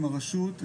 עם הראשות,